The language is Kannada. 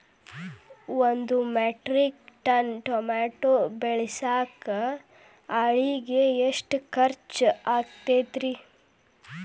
ಒಂದು ಮೆಟ್ರಿಕ್ ಟನ್ ಟಮಾಟೋ ಬೆಳಸಾಕ್ ಆಳಿಗೆ ಎಷ್ಟು ಖರ್ಚ್ ಆಕ್ಕೇತ್ರಿ?